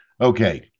Okay